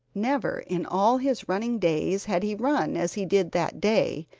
never in all his running days had he run as he did that day.